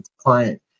client